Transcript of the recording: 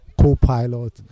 co-pilot